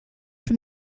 from